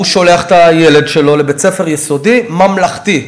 הוא שולח את הילד שלו לבית-ספר יסודי ממלכתי,